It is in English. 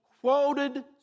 quoted